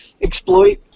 exploit